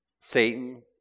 Satan